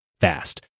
fast